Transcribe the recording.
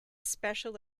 special